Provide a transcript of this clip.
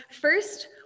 First